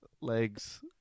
Legs